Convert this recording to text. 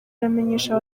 iramenyesha